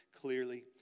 clearly